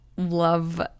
love